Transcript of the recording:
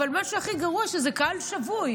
אבל מה שהכי גרוע זה שזה קהל שבוי,